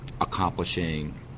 accomplishing